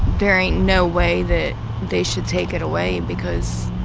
there ain't no way that they should take it away because